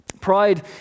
Pride